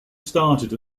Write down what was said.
started